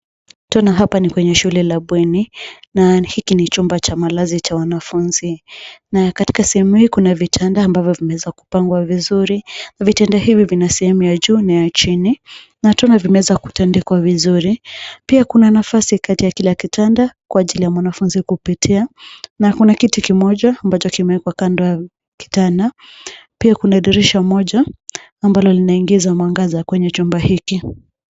Tunaona hapa ni kwenye shule la bweni. Na hiki chumba cha malazi cha wanafunzi. Na katika sehemu hii kuna vitanda ambavyo vimeweza kupangwa vizuri. Vitanda hivi vina sehemu ya juu na ya chini. Na tunaona vimeweza kutandikwa vizuri. Pia kuna nafasi kati ya kila kitanda, kwa ajili ya mwanafunzi kupitia. Na kuna kiti kimoja ambacho kimewekwa kando ya kitanda. Pia kuna dirisha moja ambalo linaingiza mwangaza kwenye chumba hiki.